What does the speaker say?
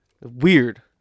weird